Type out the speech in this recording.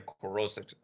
corrosive